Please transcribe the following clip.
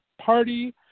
party